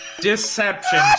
Deception